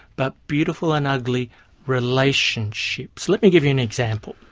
but beautiful and ugly relationships. let me give you an example.